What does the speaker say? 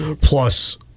Plus